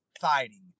fighting